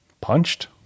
Punched